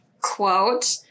quote